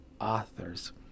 authors